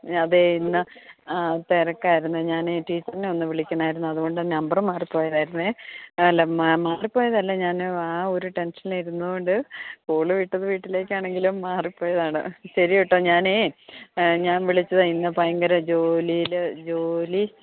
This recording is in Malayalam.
അതേ ഇന്ന് ആ തിരക്കായിരുന്നു ഞാൻ ടീച്ചറിനെ ഒന്ന് വിളിക്കണമാരുന്നു അതുകൊണ്ട് നമ്പറ് മാറി പോയതായിരുന്നു അല്ല മാറിപോയത് അല്ല ഞാൻ ആ ഒരു ടെൻഷനിൽ ഇരുന്നു കൊണ്ട് കോള് വിട്ടത് വീട്ടിലേക്ക് ആണെങ്കിലും മാറിപ്പോയതാണ് ശരി കേട്ടോ ഞാൻ ഞാൻ വിളിച്ചത് ഇന്ന് ഭയങ്കര ജോലിയിൽ ജോലി